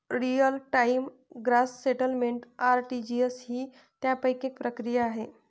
real time gross settlement RTGS ही त्यापैकी एक प्रक्रिया आहे